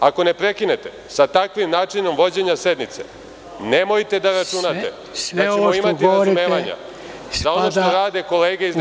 Ako ne prekinete, sa takvim načinom vođenja sednice, nemojte da računate da ćemo imati razumevanja za ono što rade kolege iz DS.